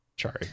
Sorry